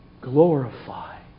glorify